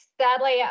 sadly